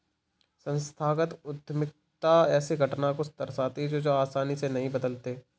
संस्थागत उद्यमिता ऐसे घटना को दर्शाती है जो आसानी से नहीं बदलते